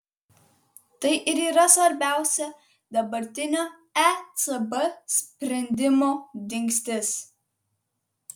tai ir yra svarbiausia dabartinio ecb sprendimo dingstis